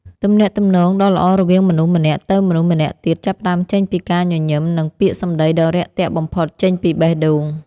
ទំនាក់ទំនងដ៏ល្អរវាងមនុស្សម្នាក់ទៅមនុស្សម្នាក់ទៀតចាប់ផ្តើមចេញពីការញញឹមនិងពាក្យសម្តីដ៏រាក់ទាក់បំផុតចេញពីបេះដូង។